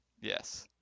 Yes